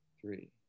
three